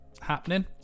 happening